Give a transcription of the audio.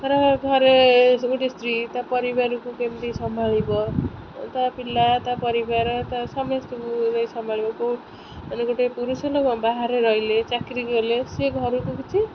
ଧର ଘରେ ଗୋଟେ ସ୍ତ୍ରୀ ତା ପରିବାରକୁ କେମିତି ସମ୍ଭାଳିବ ତା ପିଲା ତା ପରିବାର ତା ସମସ୍ତଙ୍କୁ ନେଇ ସମ୍ଭାଳିବ କେଉଁ ମାନେ ଗୋଟେ ପୁରୁଷ ଲୋକ ବାହାରେ ରହିଲେ ଚାକିରି କଲେ ସେ ଘରକୁ କିଛି